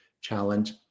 challenge